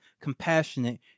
compassionate